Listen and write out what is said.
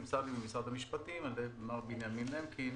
נמסר לי ממשרד המשפטים על-ידי מר בנימין למקין